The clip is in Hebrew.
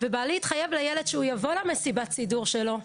ובעלי התחייב לילד שהוא יבוא למסיבת סידור שלו,